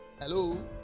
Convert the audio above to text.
Hello